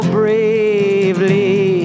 bravely